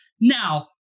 Now